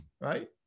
right